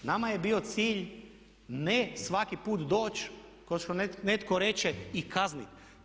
Nama je bio cilj ne svaki put doći kao što netko reče i kazniti.